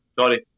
sorry